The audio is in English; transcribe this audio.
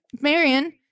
Marion